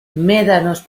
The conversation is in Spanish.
médanos